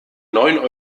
neun